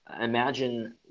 Imagine